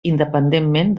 independentment